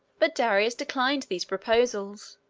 but darius declined these proposals.